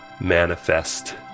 manifest